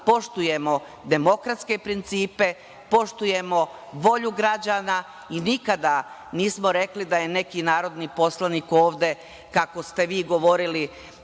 poštujemo demokratske principe, poštujemo volju građana i nikada nismo rekli da je neki narodni poslanik ovde, kako ste vi govorili,